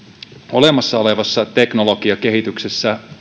olemassa olevassa teknologiakehityksessä